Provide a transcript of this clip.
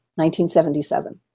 1977